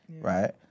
right